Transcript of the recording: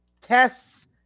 tests